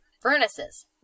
furnaces